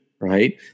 Right